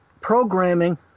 programming